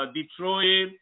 Detroit